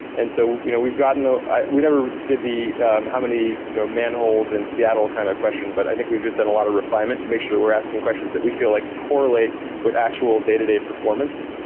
and so you know we've gotten ah we never did the how many you know manholes in seattle kind of question, but i think we've just done a lot of refinement to make sure we're asking questions that we feel like correlate with actual day-to-day performance,